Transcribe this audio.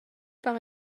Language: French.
par